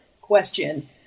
question